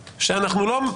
בדיוק.